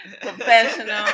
professional